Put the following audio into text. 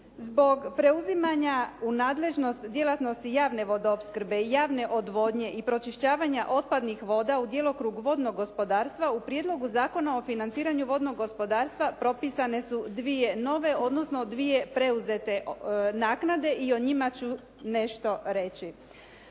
Zbog preuzimanja u nadležnost djelatnosti javne vodoopskrbe i javne odvodnje i pročišćavanja otpadnih voda u djelokrugu vodnog gospodarstva, u Prijedlogu zakona o financiranju vodnog gospodarstva propisane su dvije nove, odnosno dvije preuzete naknade i o njima ću nešto reći.